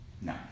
No